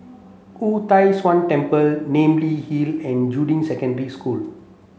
Wu Tai Shan Temple Namly Hill and Juying Secondary School